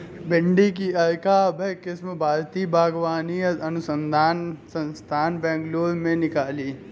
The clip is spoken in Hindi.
भिंडी की अर्का अभय किस्म भारतीय बागवानी अनुसंधान संस्थान, बैंगलोर ने निकाली